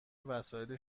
وسایل